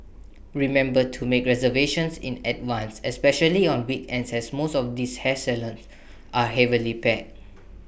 remember to make reservation in advance especially on weekends as most of these hair salons are heavily packed